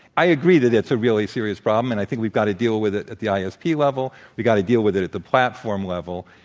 i agree that it's a really serious problem, and i think we've got to deal with it at the isp yeah level, we've got to deal with it at the platform level,